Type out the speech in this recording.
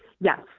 yes